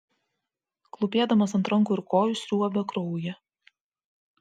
klūpėdamas ant rankų ir kojų sriuobė kraują